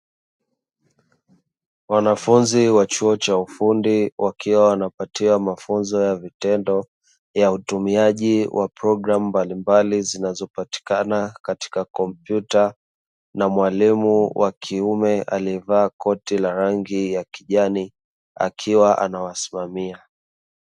Wanafunzi wa chuo cha ufundi wakiwa wanapatiwa mafunzo ya vitendo ya utumiaji wa programu mbalimbali zinazopatikana katika kompyuta, na mwalimu wa kiume aliyevaa koti la rangi ya kijani akiwa anawasimamia.